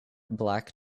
black